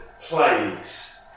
plagues